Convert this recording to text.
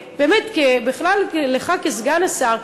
בכלל לך כסגן השר,